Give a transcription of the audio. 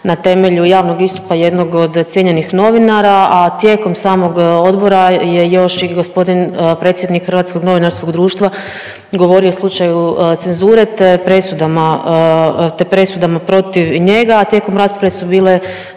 na temelju javnog istupa jednog od cijenjenih novinara, a tijekom samog odbora je još i g. predsjednik HND-a govorio o slučaju cenzure, te presudama, te presudama protiv njega. Tijekom rasprave su bile